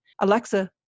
Alexa